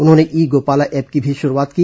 उन्होंने e Gopala app की भी शुरूआत की